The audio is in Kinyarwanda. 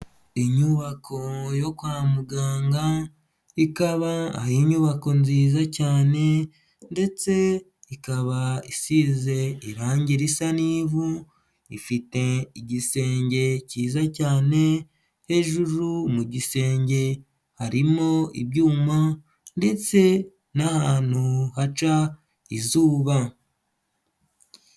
Inyubako yo kwa muganga, ikaba ari inyubako nziza cyane ndetse ikaba isize irangi risa n'ivu, ifite igisenge cyiza cyane, hejuru mu gisenge harimo ibyuma ndetse n'ahantu haca izuba.